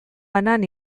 banan